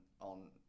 on